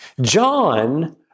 John